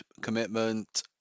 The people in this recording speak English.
commitment